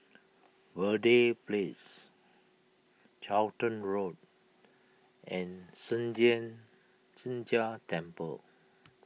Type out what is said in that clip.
Verde Place Charlton Road and Sheng Jian Sheng Jia Temple